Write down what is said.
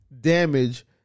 damage